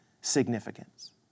significance